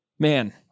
Man